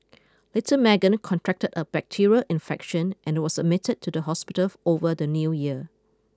little Meagan contracted a bacterial infection and was admitted to the hospital over the new year